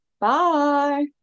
bye